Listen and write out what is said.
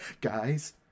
guys